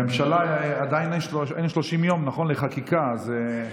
הממשלה, עדיין אין 30 יום לחקיקה, אז זה כבר,